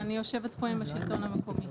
ואני יושבת פה עם השלטון המקומי.